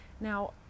Now